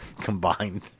combined